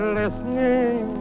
listening